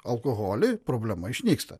alkoholį problema išnyksta